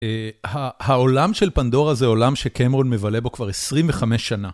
העולם של פנדורה זה עולם שקמרון מבלה בו כבר 25 שנה.